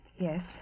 Yes